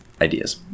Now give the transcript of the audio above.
ideas